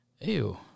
Ew